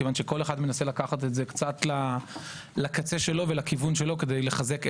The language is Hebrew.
כל אחד מנסה לקחת את זה קצת לקצה שלו ולכיוון שלו כדי לחזק טיעון.